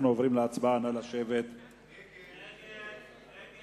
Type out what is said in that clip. ההצעה להסיר מסדר-היום את הצעת חוק החזרת תושבי בירעם